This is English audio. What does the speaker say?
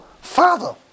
Father